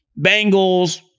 Bengals